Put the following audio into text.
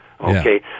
okay